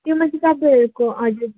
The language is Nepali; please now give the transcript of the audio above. त्यो माथि तपाईँहरूको हजुर